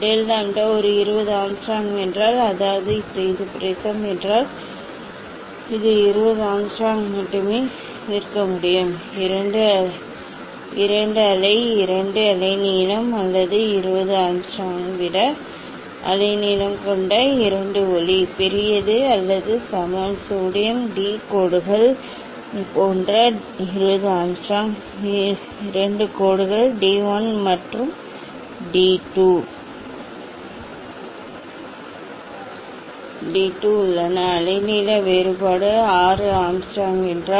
del lambda ஒரு 20 angstrom என்றால் அதாவது இது ப்ரிஸம் என்றால் இது 20 ஆங்ஸ்ட்ரோம் மட்டுமே தீர்க்க முடியும் இரண்டு அலை இரண்டு அலைநீளம் அல்லது 20 ஆங்ஸ்ட்ரோம் விட அலைநீளம் கொண்ட இரண்டு ஒளி பெரியது அல்லது சமம் சோடியம் டி கோடுகள் போன்ற 20 ஆங்ஸ்ட்ரோம் இதற்கு இரண்டு கோடுகள் d 1 மற்றும் d 2 உள்ளன அலைநீள வேறுபாடு 6 ஆங்ஸ்ட்ரோம்